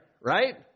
right